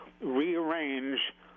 rearrange